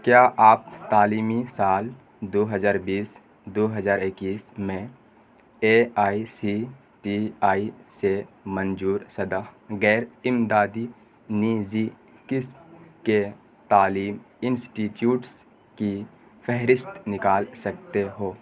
کیا آپ تعلیمی سال دو ہزار بیس دو ہزار اکیس میں A I C T E سے منظور شدہ غیر امدادی نجی قسم کے تعلیم انسٹیٹیوٹس کی فہرست نکال سکتے ہو